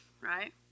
right